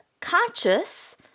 conscious